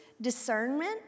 discernment